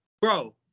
Bro